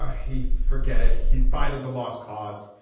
ah he forget it. he's biden's a lost cause.